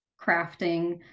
crafting